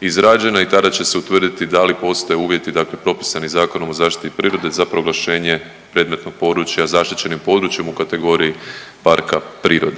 izrađena i tada će se utvrditi da li postoje uvjeti propisani Zakonom o zaštiti prirode da proglašenje predmetnog područja zaštićenim područjem u kategoriji parka prirode.